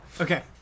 Okay